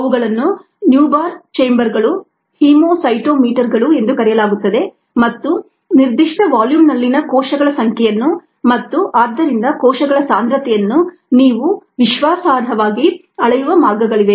ಅವುಗಳನ್ನು ನ್ಯೂಬೌರ್ ಚೇಂಬರ್ಗಳು ಹಿಮೋಸೈಟೋಮೀಟರ್ಗಳು ಎಂದು ಕರೆಯಲಾಗುತ್ತದೆ ಮತ್ತು ನಿರ್ದಿಷ್ಟ ವಾಲ್ಯೂಮ್ನಲ್ಲಿನ ಕೋಶಗಳ ಸಂಖ್ಯೆಯನ್ನು ಮತ್ತು ಆದ್ದರಿಂದ ಕೋಶಗಳ ಸಾಂದ್ರತೆಯನ್ನು ನೀವು ವಿಶ್ವಾಸಾರ್ಹವಾಗಿ ಅಳೆಯುವ ಮಾರ್ಗಗಳಿವೆ